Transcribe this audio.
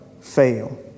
fail